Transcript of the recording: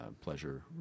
pleasure